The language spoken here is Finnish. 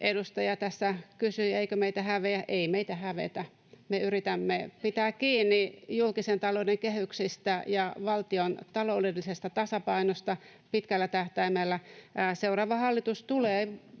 edustaja tässä kysyi, eikö meitä hävetä. Ei meitä hävetä. [Pia Lohikoski: Erikoista!] Me yritämme pitää kiinni julkisen talouden kehyksistä ja valtion taloudellisesta tasapainosta pitkällä tähtäimellä. Seuraava hallitus tulee